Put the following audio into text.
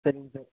சரிங்க சார்